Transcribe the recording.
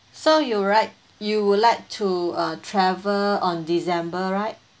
so you would like you would like to uh travel on december right